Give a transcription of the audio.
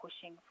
pushing